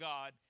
God